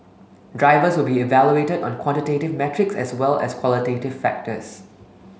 drivers will be evaluated on quantitative metrics as well as qualitative factors